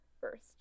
first